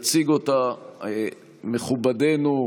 יציג אותה מכובדנו,